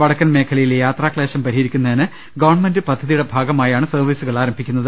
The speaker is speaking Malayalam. വടക്കൻ മേഖലയിലെ യാത്രാക്ലേശം പരിഹരി ക്കുന്നതിന് ഗവൺമെന്റ് പദ്ധതിയുടെ ഭാഗമായാണ് സർവീസുകൾ ആരംഭിക്കുന്നത്